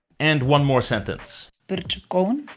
and one more sentence but